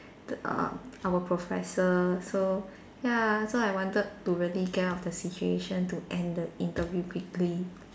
the err our professor so ya so I wanted to really get out of the situation to end the interview quickly